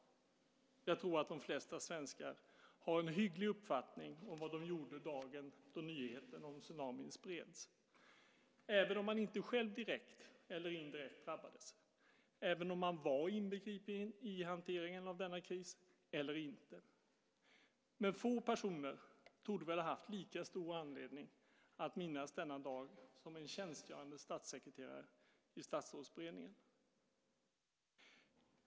Jag tror att de flesta svenskar har en hygglig uppfattning om vad de gjorde dagen då nyheten om tsunamin spreds, även om de inte själva direkt eller indirekt drabbades och oavsett om de var inbegripna i hanteringen av denna kris eller inte. Men få personer torde väl ha haft lika stor anledning att minnas denna dag som en tjänstgörande statssekreterare i Statsrådsberedningen.